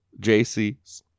Jc